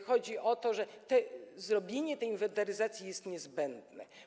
Chodzi o to, że zrobienie tej inwentaryzacji jest niezbędne.